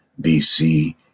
BC